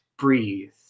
breathe